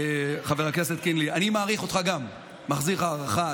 חבר הכנסת קינלי, אני מעריך אותך, מחזיר לך הערכה.